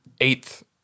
eighth